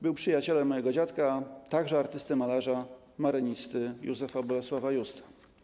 Był przyjacielem mojego dziadka, także artysty malarza, marynisty Józefa Bolesława Justa.